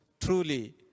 truly